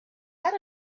had